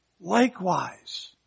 Likewise